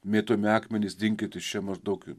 mėtomi akmenys dinkit iš čia mūsų daug